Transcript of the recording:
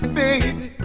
baby